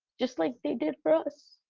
just like they did for us.